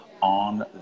on